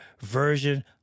version